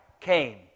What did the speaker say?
came